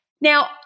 Now